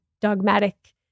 dogmatic